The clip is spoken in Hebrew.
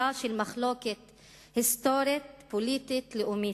של מחלוקת היסטורית פוליטית לאומית,